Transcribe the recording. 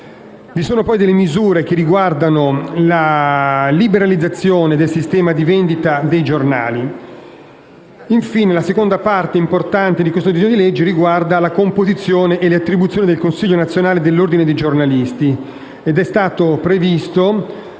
Vi sono poi delle misure che riguardano la liberalizzazione del sistema di vendita dei giornali. Infine, la seconda parte importante di questo disegno di legge riguarda la composizione e le attribuzioni del Consiglio nazionale dell'Ordine dei giornalisti.